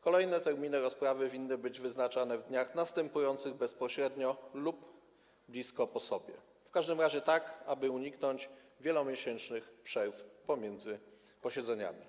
kolejne terminy rozprawy powinny być wyznaczane w dniach następujących bezpośrednio lub blisko po sobie, tak aby uniknąć wielomiesięcznych przerw pomiędzy posiedzeniami.